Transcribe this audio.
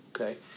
okay